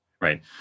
Right